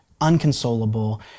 unconsolable